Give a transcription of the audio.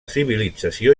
civilització